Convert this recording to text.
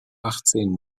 achtzehn